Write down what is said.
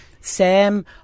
Sam